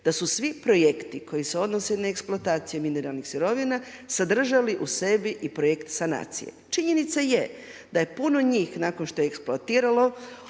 da su svi projekti koji se odnose na eksploataciju mineralnih sirovina sadržali u sebi i projekt sanacije. Činjenica je da je puno njih nakon što je eksploatiralo